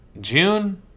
june